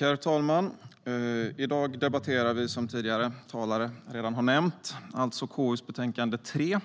Herr talman! Som tidigare talare redan har nämnt debatterar vi i dag KU:s utlåtande 3